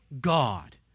God